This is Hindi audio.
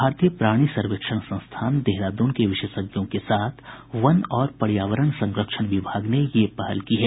भारतीय प्राणी सर्वेक्षण संस्थान देहरादून के विशेषज्ञों के साथ वन और पर्यावरण संरक्षण विभाग ने ये पहल की है